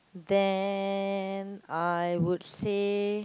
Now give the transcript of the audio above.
then I would say